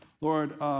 Lord